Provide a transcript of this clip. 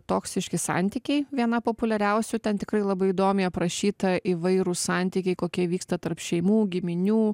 toksiški santykiai viena populiariausių ten tikrai labai įdomiai aprašyta įvairūs santykiai kokie vyksta tarp šeimų giminių